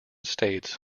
states